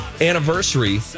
anniversary